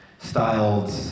styled